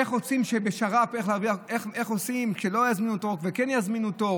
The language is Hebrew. איך עושים שבשר"פ לא יזמינו תור או כן יזמינו תור